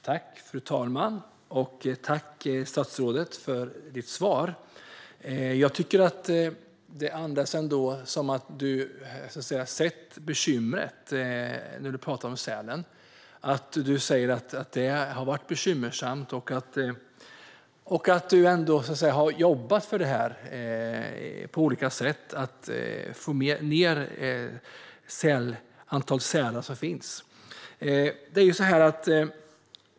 Fru talman! Tack, statsrådet, för ditt svar! Jag tycker att det andas att du sett bekymret när du talar om sälen. Du säger att det har varit bekymmersamt och att du har jobbat på olika sätt för att få ned antalet sälar.